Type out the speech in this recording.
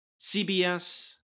CBS